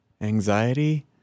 anxiety